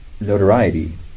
Notoriety